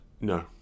No